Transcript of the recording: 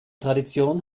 tradition